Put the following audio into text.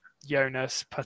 Jonas